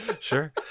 Sure